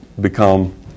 become